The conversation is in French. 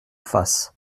face